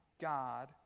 God